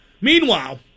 Meanwhile